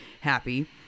happy